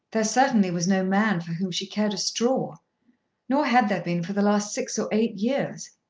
there certainly was no man for whom she cared a straw nor had there been for the last six or eight years.